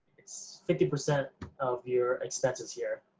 it's fifty percent of your expenses here,